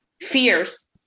fears